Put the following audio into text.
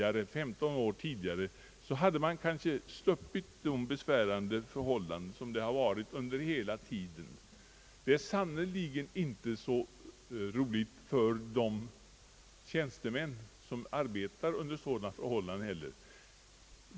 Om man 15 år tidigare hade resonerat som man nu gör hade vi kanske sluppit de besvärande förhållanden som har rått under senaste tiden. Det är sannerligen inte heller så roligt för de tjänstemän som arbetar under sådana förhållanden.